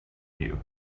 you